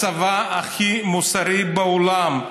הצבא הכי מוסרי בעולם,